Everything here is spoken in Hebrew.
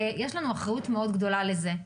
ויש לנו אחראיות מאוד גדולה לזה.